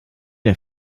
der